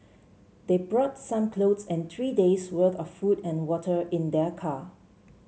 they brought some clothes and three days' worth of food and water in their car